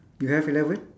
you have eleven